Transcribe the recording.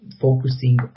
focusing